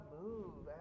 move